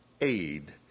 aid